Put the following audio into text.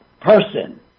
person